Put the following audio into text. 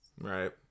right